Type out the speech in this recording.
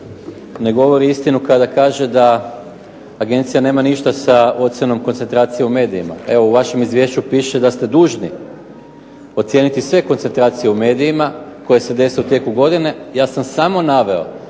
ne govori istinu kada kaže da agencija nema ništa sa ocjenom koncentracije u medijima. Evo u vašem izvješću piše da ste dužni ocijeniti sve koncentracije u medijima, koje se dese u tijeku godine. Ja sam samo naveo